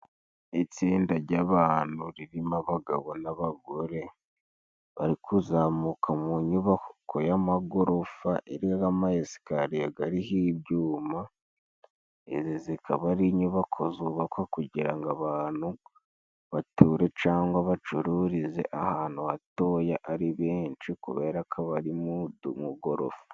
Itsinda ry'abantu ririmo abagabo n'abagore bari kuzamuka mu nyubako y'amagorofa irimo ama esakariye gariho ibyuma, zikaba ari inyubako zubakwa kugira ngo abantu bature cangwa se bacururize ahantu hatoya ari benshi kubera ko baririmo umugorofa.